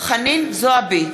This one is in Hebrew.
חנין זועבי,